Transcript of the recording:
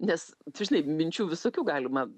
nes čia žinai minčių visokių galima